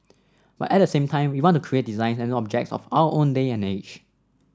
but at the same time we want to create designs and objects of our own day and age